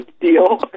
deal